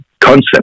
concept